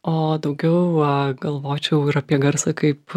o daugiau a galvočiau ir apie garsą kaip